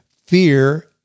fear